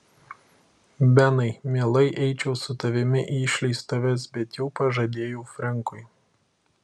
benai mielai eičiau su tavimi į išleistuves bet jau pažadėjau frenkui